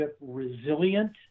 resilient